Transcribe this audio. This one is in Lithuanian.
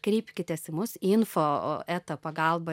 kreipkitės į mus info eta pagalba